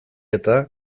eta